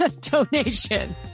donation